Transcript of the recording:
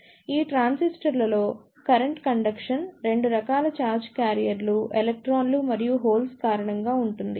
ఈ ట్రాన్సిస్టర్లలో current conduction 2 రకాల ఛార్జ్ క్యారియర్లు ఎలక్ట్రాన్లు మరియు హోల్స్ కారణంగా ఉంటుంది